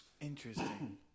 Interesting